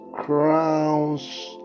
crowns